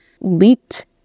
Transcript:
leaked